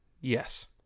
Yes